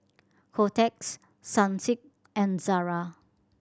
Kotex Sunsilk and Zara